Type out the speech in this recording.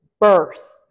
birth